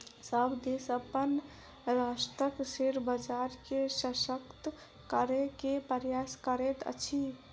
सभ देश अपन राष्ट्रक शेयर बजार के शशक्त करै के प्रयास करैत अछि